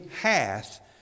hath